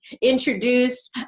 introduce